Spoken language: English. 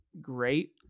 great